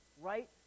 right